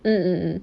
mm mm mm